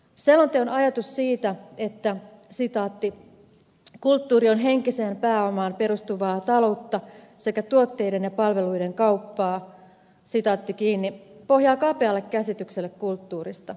selonteon ajatus siitä että kulttuuri on henkiseen pääomaan perustuvaa taloutta sekä tuotteiden ja palveluiden kauppaa pohjaa kapealle käsitykselle kulttuurista